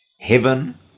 Heaven